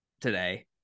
today